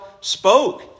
spoke